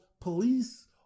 police